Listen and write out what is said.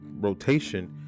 rotation